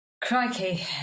Crikey